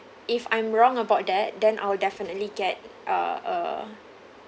if I'm wrong about that then I'll definitely get uh a